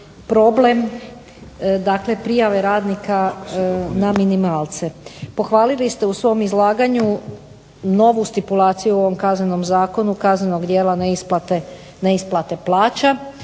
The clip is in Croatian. dakle prijave radnika na minimalce. Pohvalili ste u svom izlaganju novu stipulaciju u ovom Kaznenom zakonu kaznenog dijela neisplate plaća,